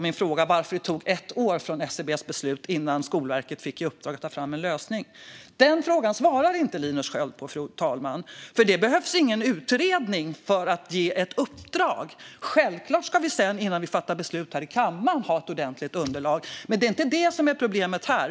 Min fråga om varför det tog ett år från SCB:s beslut innan Skolverket fick i uppdrag att komma med en lösning svarar inte Linus Sköld på. Det behövs ingen utredning för att ge ett uppdrag. Självklart ska vi sedan innan vi fattar beslut här i kammaren ha ett ordentligt underlag, men det är inte det som är problemet här.